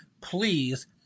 Please